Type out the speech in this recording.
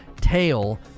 tail